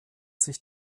sich